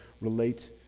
relate